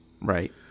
Right